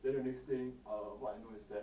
then the next thing err what I know is that